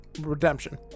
redemption